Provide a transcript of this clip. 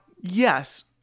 yes